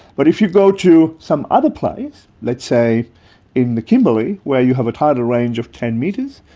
but if you go to some other place, let's say in the kimberley where you have a tidal range of ten metres,